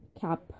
cap